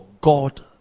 god